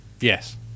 yes